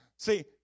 See